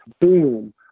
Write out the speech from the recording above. boom